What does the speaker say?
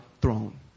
throne